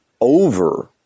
over